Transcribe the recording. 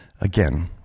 again